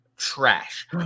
trash